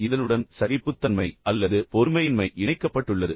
எனவே இதனுடன் சகிப்புத்தன்மை அல்லது பொறுமையின்மை இணைக்கப்பட்டுள்ளது